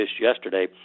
yesterday